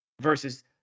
versus